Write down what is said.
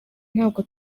ntabwo